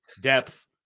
depth